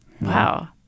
wow